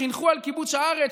חינכו על כיבוש הארץ,